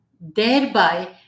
thereby